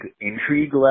intrigue